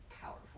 powerful